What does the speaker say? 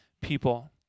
people